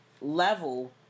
level